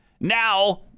now